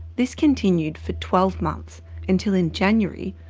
this continued for twelve months until, in january,